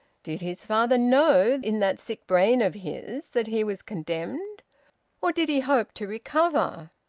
did his father know, in that sick brain of his, that he was condemned or did he hope to recover?